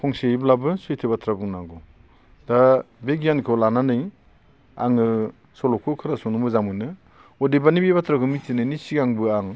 फंसेयैब्लाबो सैथो बाथ्रा बुंनांगौ दा बे गियानखौ लानानै आङो सल'खौ खोनासंनो मोजां मोनो अदेबानि बे बाथ्राखौ मिथिनायनि सिगांबो आं